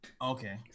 Okay